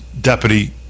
deputy